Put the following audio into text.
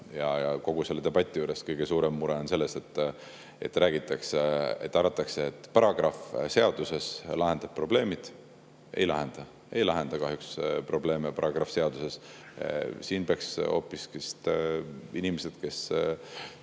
on. Kogu selle debati juures kõige suurem mure on see, et räägitakse või arvatakse, et paragrahv seaduses lahendab probleemid. Ei lahenda. Ei lahenda kahjuks probleeme paragrahv seaduses. Siin peaks hoopiski [sõna võtma] inimesed, kes